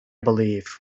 believe